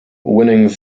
winning